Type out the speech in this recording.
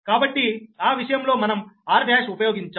కాబట్టి ఆ విషయంలో మనం r1 ఉపయోగించాం